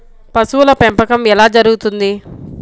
పశువుల పెంపకం ఎలా జరుగుతుంది?